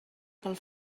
pel